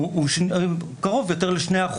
קרובים יותר ל-2%.